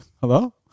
hello